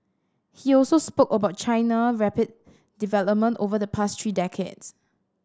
he also spoke about China rapid development over the past three decades